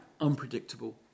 unpredictable